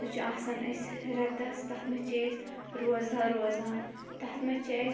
سُہ چھُ آسان اسہِ ریٚتَس تَتھ منٛز چھِ أسۍ روزدار روزان تَتھ منٛز چھِ اسہِ